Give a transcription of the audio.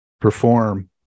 perform